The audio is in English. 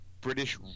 British